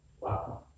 Wow